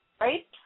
right